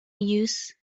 use